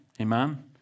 Amen